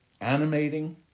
animating